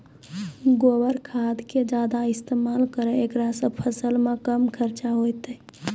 गोबर खाद के ज्यादा इस्तेमाल करौ ऐकरा से फसल मे कम खर्च होईतै?